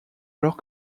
alors